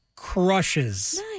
crushes